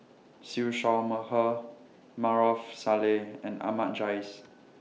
Siew Shaw Mur Her Maarof Salleh and Ahmad Jais